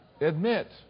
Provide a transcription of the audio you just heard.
Admit